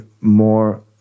more